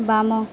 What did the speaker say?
ବାମ